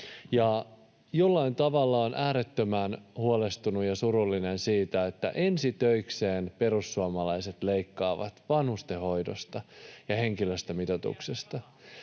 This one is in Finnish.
Jollain tavalla olen äärettömän huolestunut ja surullinen siitä, että ensi töikseen perussuomalaiset leikkaavat vanhustenhoidosta ja henkilöstömitoituksesta.